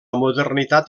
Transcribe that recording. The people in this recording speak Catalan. modernitat